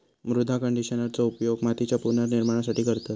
मृदा कंडिशनरचो उपयोग मातीच्या पुनर्निर्माणासाठी करतत